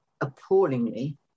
appallingly